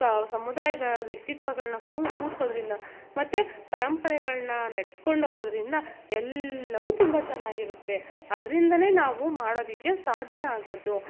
ಸ ಸಮುದಾಯದ ವ್ಯಕ್ತಿತ್ವಗಳನ್ನ ಕೂರಿಸೋದ್ರಿಂದ ಮತ್ತು ಪರಂಪರೆಗಳನ್ನ ನೆಡ್ಸ್ಕೊಂಡು ಹೋಗೋದ್ರಿಂದ ಎಲ್ಲವು ತುಂಬ ಚೆನ್ನಾಗಿರುತ್ತೆ ಅದರಿಂದನೆ ನಾವು ಮಾಡೋದಕ್ಕೆ ಸಾಧ್ಯ ಆಗೋದು